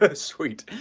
but sweet,